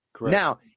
Now